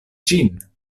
ĝin